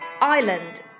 Island